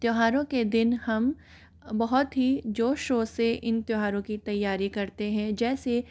त्यौहारों के दिन हम बहुत ही ज़ोर शोर से इन त्यौहारों की तैयारी करते हैं जैसे